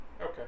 Okay